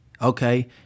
Okay